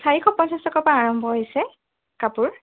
চাৰিশ পঞ্চাছ টকাৰ পৰা আৰম্ভ হৈছে কাপোৰ